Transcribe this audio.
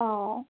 অঁ